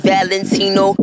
Valentino